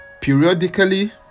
periodically